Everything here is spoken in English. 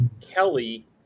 Kelly